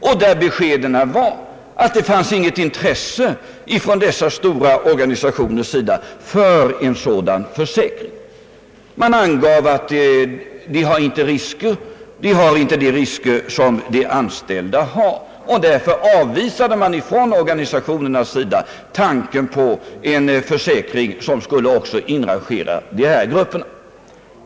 Man fick beskedet att det inte förelåg något intresse från dessa stora organisationers sida för en sådan försäkring. Det angavs att dessa organisationer inte hade de risker som de anställda var utsatta för, och organisationerna avvisade därför tanken på en försäkring, i vilken också dessa grupper skulle inrangeras.